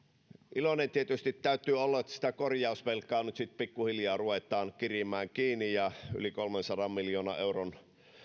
iloinen tietysti täytyy olla että sitä korjausvelkaa nyt sitten pikkuhiljaa ruvetaan kirimään kiinni ja yli kolmensadan miljoonan euron